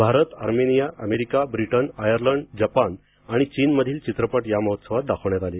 Bharat Armenia America Britain Ireland Japan आणि चीनमधील चित्रपट या महोत्सवात दाखविण्यात आले